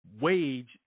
wage